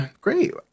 great